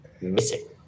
Missing